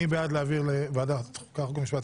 מי בעד להעביר לוועדת חוקה, חוק ומשפט?